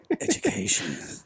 Education